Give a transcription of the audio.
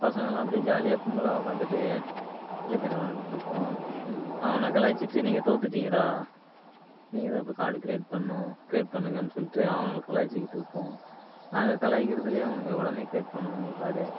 பசங்களாம் அப்படியே ஜாலியாக கும்பலாக உட்காந்துட்டு ஃப்ரிஃபயரு விளாண்ட்டுருப்போம் அவன கலாய்ச்சிட்டு நீங்கள் தோத்துட்டிங்கடா நீங்கள் தான் இப்போ கார்ட் கிரியேட் பண்ணணும் கிரியேட் பண்ணுங்கன்னு சொல்லிட்டு அவனுவோல கலாய்ச்சிகிட்டு இருப்போம் நாங்கள் கலாய்க்கிறதுலயே அவனுங்க ஒடனே கிரியேட் பண்ணுவானுங்க கார்ட